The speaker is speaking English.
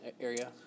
area